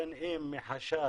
בין אם מחשש